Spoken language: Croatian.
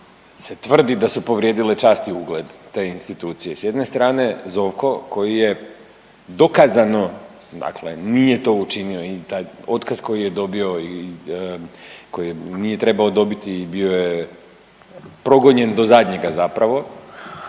se tvrdi da su povrijedile čast i ugled te institucije. S jedne strane Zovko koji je dokazno, dakle nije to učinio i taj otkaz koji je dobio i koji nije trebao dobiti i bio je progonjen do zadnjega zapravo,